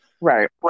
right